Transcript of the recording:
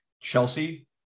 Chelsea